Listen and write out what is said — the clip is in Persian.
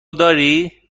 داری